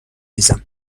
ریزم